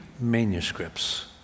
manuscripts